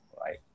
right